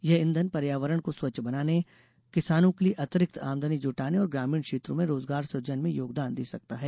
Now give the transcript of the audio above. यह ईंधन पर्यावरण स्वच्छ बनाने किसानों के लिए अतिरिक्त आमदनी जुटाने और ग्रामीण क्षेत्रों में रोजगार सुजन में योगदान दे सकता है